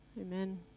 Amen